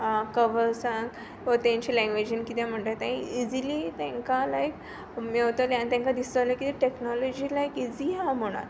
कवरसांक वो तेंचे लेंग्वेजीन किदें म्हुणटाय तें इजिली तेंकां लायक मेवतोलो आनी तेंको दिसतोलें की टेक्नोलॉजी लायक इजी आहा म्हुणोन